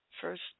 First